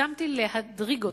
הסכמתי לדרג אותו,